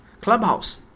Clubhouse